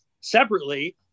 separately